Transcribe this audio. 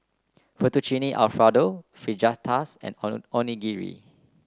Fettuccine Alfredo Fajitas and Onigiri